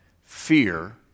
fear